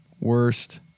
Worst